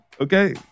okay